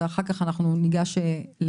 ואחר כך אנחנו ניגש להקראה.